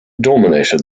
dominated